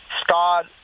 scott